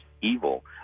evil